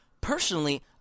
personally